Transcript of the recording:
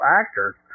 actors